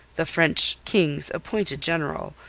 the french king's appointed general,